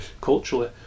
culturally